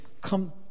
come